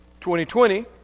2020